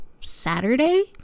Saturday